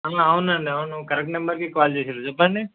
అవునండి అవును కరెక్ట్ నెంబర్కే కాల్ చేసిర్రు చెప్పండి